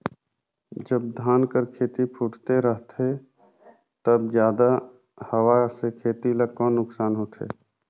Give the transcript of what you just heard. जब धान कर खेती फुटथे रहथे तब जादा हवा से खेती ला कौन नुकसान होथे?